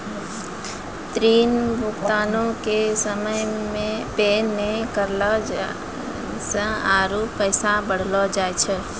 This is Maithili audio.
ऋण भुगतानो के समय पे नै करला से आरु पैसा बढ़लो जाय छै